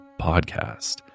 podcast